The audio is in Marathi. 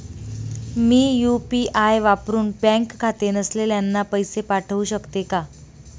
मी यू.पी.आय वापरुन बँक खाते नसलेल्यांना पैसे पाठवू शकते का?